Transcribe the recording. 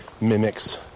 mimics